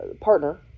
partner